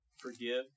Forgive